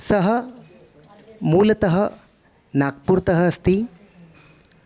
सः मूलतः नाग्पुर्तः अस्ति